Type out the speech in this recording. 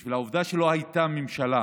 בשל העובדה שלא הייתה ממשלה